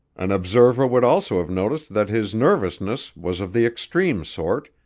an observer would also have noticed that his nervousness was of the extreme sort,